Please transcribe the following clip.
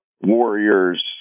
Warriors